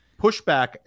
pushback